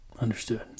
Understood